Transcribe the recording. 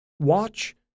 Watch